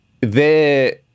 there-